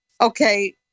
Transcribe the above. okay